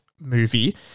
movie